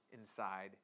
inside